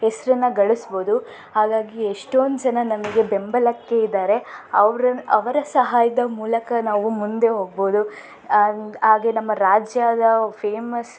ಹೆಸರನ್ನು ಗಳ್ಸ್ಬೋದು ಹಾಗಾಗಿ ಎಷ್ಟೊಂದು ಜನ ನಮಗೆ ಬೆಂಬಲಕ್ಕೆ ಇದ್ದಾರೆ ಅವರ ಅವರ ಸಹಾಯದ ಮೂಲಕ ನಾವು ಮುಂದೆ ಹೋಗ್ಬೋದು ಹಾಗೇ ನಮ್ಮ ರಾಜ್ಯದ ಫೇಮಸ್